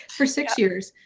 for six years,